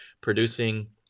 producing